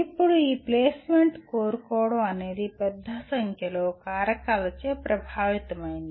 ఇప్పుడు ఈ ప్లేస్మెంట్ కోరుకోవడం అనేది పెద్ద సంఖ్యలో కారకాలచే ప్రభావితమైంది